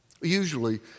Usually